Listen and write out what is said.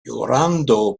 llorando